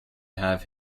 have